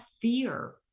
fear